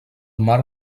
mar